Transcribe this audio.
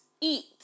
eat